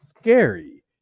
scary